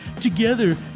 Together